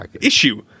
issue